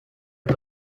per